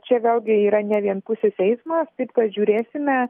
čia vėlgi yra ne vienpusis eismas taip kad žiūrėsime